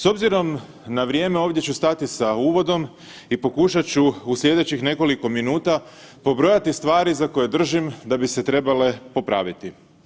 S obzirom na vrijeme ovdje ću stati sa uvodom i pokušat ću u slijedećih nekoliko minuta pobrojati stvari za koje držim da bi se trebale popraviti.